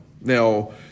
Now